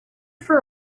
for